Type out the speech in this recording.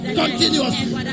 continuously